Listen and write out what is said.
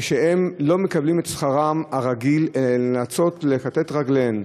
כשהן לא מקבלות את שכרן הרגיל הן נאלצות לכתת את רגליהן,